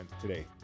today